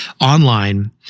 online